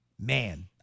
man